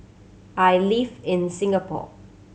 I live in Singapore